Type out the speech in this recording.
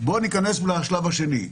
בואו נכנס לשלב השני.